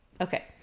Okay